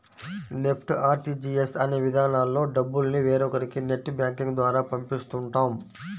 NEFT, RTGS అనే విధానాల్లో డబ్బుల్ని వేరొకరికి నెట్ బ్యాంకింగ్ ద్వారా పంపిస్తుంటాం